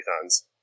pythons